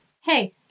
hey